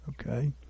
Okay